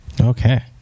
Okay